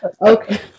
Okay